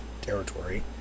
territory